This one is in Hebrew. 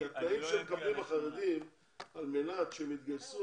התנאים שמקבלים החרדים על מנת שהם יתגייסו,